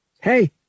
Hey